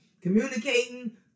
communicating